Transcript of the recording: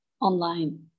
online